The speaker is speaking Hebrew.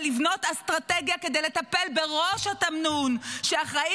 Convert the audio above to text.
ולבנות אסטרטגיה כדי לטפל בראש התמנון שאחראי